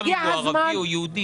האם אדם הוא ערבי או יהודי.